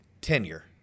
tenure